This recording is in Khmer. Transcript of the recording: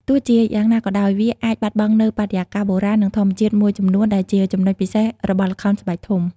ទោះជាយ៉ាងណាក៏ដោយ វាអាចបាត់បង់នូវបរិយាកាសបុរាណ និងធម្មជាតិមួយចំនួនដែលជាចំណុចពិសេសរបស់ល្ខោនស្បែកធំ។